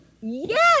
Yes